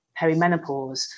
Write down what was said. perimenopause